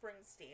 Springsteen